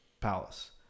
palace